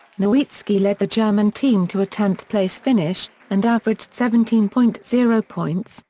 nowitzki led the german team to a tenth place finish, and averaged seventeen point zero points,